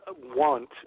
want